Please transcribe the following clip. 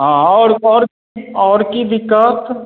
हँ आओर आओर आओर कि दिक्कत